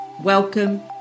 Welcome